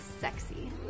sexy